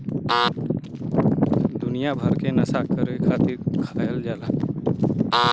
दुनिया भर मे नसा करे खातिर खायल जाला